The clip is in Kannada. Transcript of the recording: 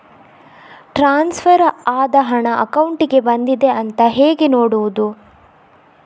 ಟ್ರಾನ್ಸ್ಫರ್ ಆದ ಹಣ ಅಕೌಂಟಿಗೆ ಬಂದಿದೆ ಅಂತ ಹೇಗೆ ನೋಡುವುದು?